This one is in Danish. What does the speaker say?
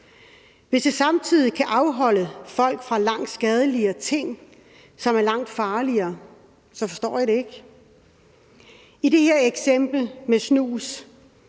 Hvis det samtidig kan afholde folk fra langt skadeligere ting, som er langt farligere, så forstår jeg det ikke. I forhold til det her eksempel med snus,